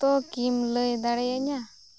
ᱚᱠᱛᱚ ᱠᱤᱢ ᱞᱟᱹᱭ ᱫᱟᱲᱮᱭᱟᱹᱧᱟᱹ